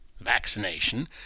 vaccination